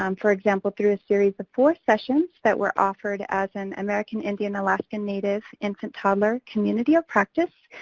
um for example, through a series of four sessions that were offered as an american indian alaskan native infant toddler community of practice,